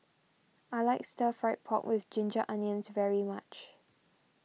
I like Stir Fried Pork with Ginger Onions very much